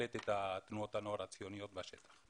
בהחלט את תנועות הנוער הציוניות בשטח.